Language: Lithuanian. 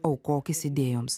aukokis idėjoms